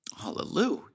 Hallelujah